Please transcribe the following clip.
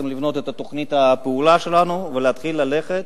לבנות את תוכנית הפעולה שלנו ולהתחיל ללכת,